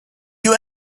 you